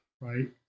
right